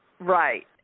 Right